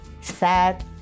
sad